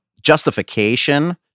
justification